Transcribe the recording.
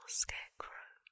scarecrow